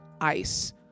ice